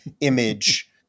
image